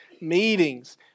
meetings